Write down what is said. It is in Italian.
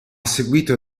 seguito